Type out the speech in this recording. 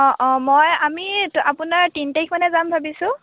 অঁ অঁ মই আমি আপোনাৰ তিনি তাৰিখ মানে যাম ভাবিছোঁ